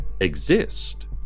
exist